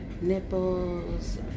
nipples